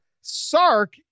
Sark